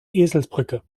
eselsbrücke